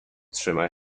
trzyma